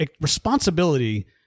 responsibility